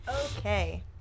Okay